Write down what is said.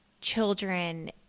children